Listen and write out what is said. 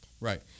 Right